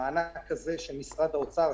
המענק הזה של משרד האוצר,